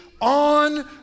on